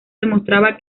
demostraba